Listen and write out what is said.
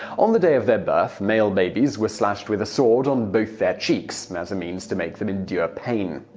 on the day of their birth, male babies were slashed with a sword on both their cheeks, as a means to make them endure pain.